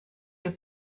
your